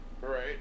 Right